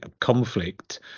conflict